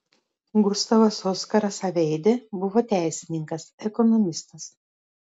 gustavas oskaras aveidė buvo teisininkas ekonomistas